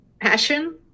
passion